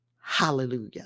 Hallelujah